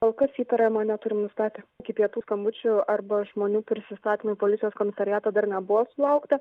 kol kas įtariamo neturim nustatę iki pietų skambučių arba žmonių prisistatymui policijos komisariato dar nebuvo sulaukta